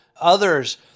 Others